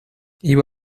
iba